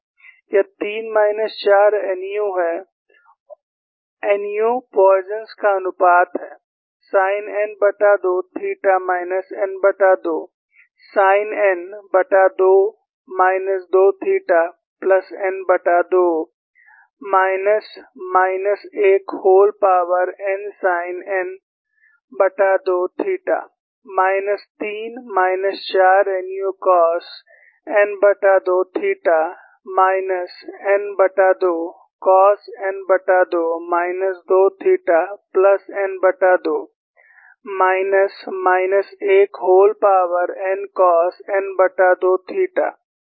यह 3 minus 4 nu है nu पोइसनpoisson's का अनुपात है sine n2 theta minus n2 sine n2 minus 2 theta plus n2 minus minus 1 whole power n sine n2 theta minus 3 minus 4 nu cos n2 theta minus n2 cos n2 minus 2 theta plus n2 minus minus 1 whole power n cos n2 theta